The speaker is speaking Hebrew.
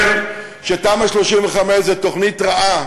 אני אומר שתמ"א 35 היא תוכנית רעה,